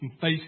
face